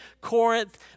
Corinth